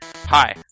Hi